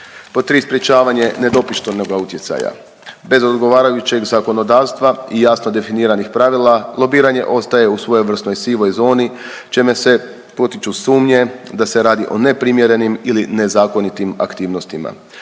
Pod 3., sprječavanje nedopuštenoga utjecaja. Bez odgovarajućeg zakonodavstva i jasno definiranih pravila lobiranje ostaje u svojevrsnoj sivoj zoni, čime se potiču sumnje da se radi o neprimjerenim ili nezakonitim aktivnostima.